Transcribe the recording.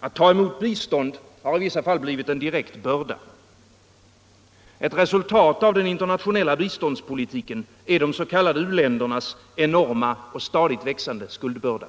Att ta emot bistånd har i vissa fall blivit en direkt börda. Ett resultat av den internationella biståndspolitiken är de s.k. u-ländernas enorma och stadigt växande skuldbörda.